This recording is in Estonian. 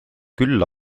küll